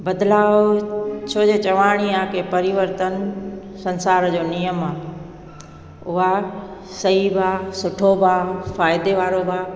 बदिलाउ छो जो चवाणी आहे की परिवर्तन संसार जो नियम आहे उहा सही बि आहे सुठो बि आहे फ़ाइदे वारो बि आहे